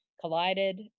collided